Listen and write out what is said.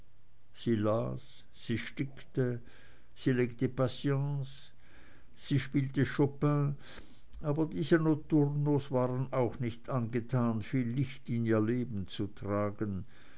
sie stickte sie legte patience sie spielte chopin aber diese notturnos waren auch nicht angetan viel licht in ihr leben zu tragen